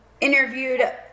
interviewed